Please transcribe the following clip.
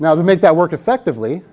now the make that work effectively